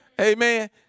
Amen